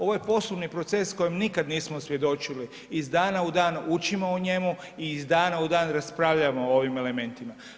Ovo je poslovni proces kojem nikada nismo svjedočili iz dana u dan učimo o njemu i iz dana o dan raspravljamo o ovim elementima.